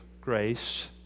grace